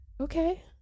Okay